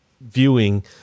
viewing